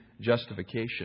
justification